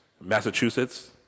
Massachusetts